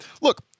Look